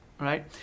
right